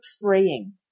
freeing